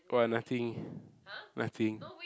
!wah! nothing nothing